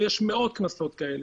ויש מאות קנסות כאלה.